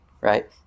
right